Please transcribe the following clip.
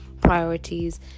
priorities